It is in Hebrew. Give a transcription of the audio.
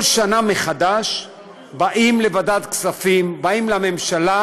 כל שנה מחדש באים לוועדת הכספים, באים לממשלה,